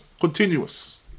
continuous